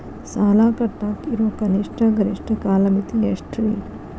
ಸಾಲ ಕಟ್ಟಾಕ ಇರೋ ಕನಿಷ್ಟ, ಗರಿಷ್ಠ ಕಾಲಮಿತಿ ಎಷ್ಟ್ರಿ?